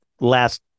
last